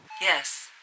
Yes